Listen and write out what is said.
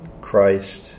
Christ